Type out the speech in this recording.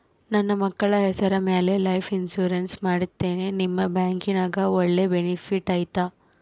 ನನ್ನ ಮಕ್ಕಳ ಹೆಸರ ಮ್ಯಾಲೆ ಲೈಫ್ ಇನ್ಸೂರೆನ್ಸ್ ಮಾಡತೇನಿ ನಿಮ್ಮ ಬ್ಯಾಂಕಿನ್ಯಾಗ ಒಳ್ಳೆ ಬೆನಿಫಿಟ್ ಐತಾ?